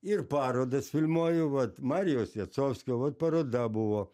ir parodas filmuoju vat marijaus jacovskio vat paroda buvo